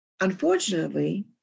Unfortunately